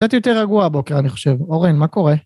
קצת יותר רגועה הבוקר אני חושב, אורן מה קורה?